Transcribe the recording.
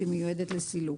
שמיועדת לסילוק".